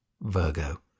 Virgo